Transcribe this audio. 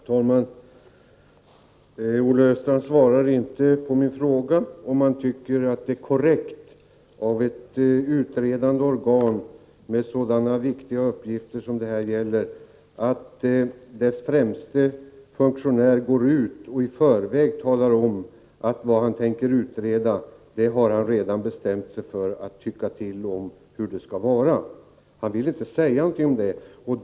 Herr talman! Olle Östrand svarar inte på min fråga om han tycker att det är korrekt av ett utredande organ med sådana viktiga uppgifter som det här gäller att dess främste funktionär går ut och i förväg talar om att han redan har bestämt sig för vad han skall tycka om det han skall utreda. Olle Östrand villinte säga någonting om detta.